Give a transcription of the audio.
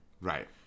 Right